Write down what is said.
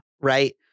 Right